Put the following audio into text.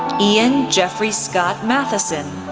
ian jeffrey-scott mathison,